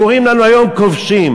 קוראים לנו היום "כובשים".